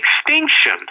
extinction